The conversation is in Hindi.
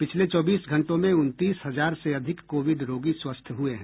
पिछले चौबीस घंटों में उनतीस हजार से अधिक कोविड रोगी स्वस्थ हुए हैं